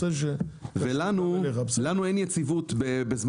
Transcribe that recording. בזמן משבר לנו אין יציבות.